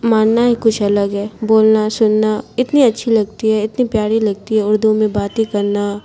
ماننا ہی کچھ الگ ہے بولنا سننا اتنی اچھی لگتی ہے اتنی پیاری لگتی ہے اردو میں باتیں کرنا